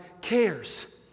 cares